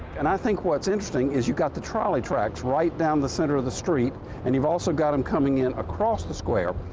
and i think what's interesting is you've got the trolley tracks right down the center of the street and you've also got them um coming in across the square.